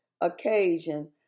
occasion